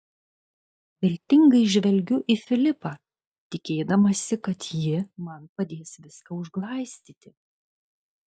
viltingai žvelgiu į filipą tikėdamasi kad ji man padės viską užglaistyti